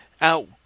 out